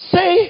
Say